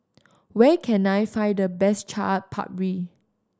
where can I find the best Chaat Papri